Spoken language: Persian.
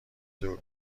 دور